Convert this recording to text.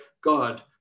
God